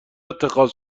اتخاذ